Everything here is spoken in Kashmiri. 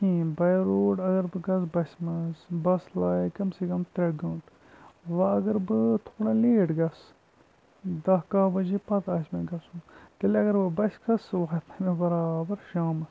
کِہیٖنۍ باے روڈ اگر بہٕ گَژھٕ بَسہِ مَنٛز بَس لاگہِ کَم سے کَم ترٛےٚ گٲنٛٹہٕ وَ اگر بہٕ تھوڑا لیٹ گَژھٕ دہ کہہ بجے پَتہٕ آسہِ مےٚ گَژھُن تیٚلہِ اگر بہٕ بَسہِ کھَسہٕ سُہ واتناوِ مےٚ بَرابَر شامَس